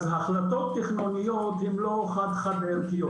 אז החלטות תכנוניות הן לא חד חד ערכיות,